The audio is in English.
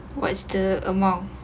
what's the amount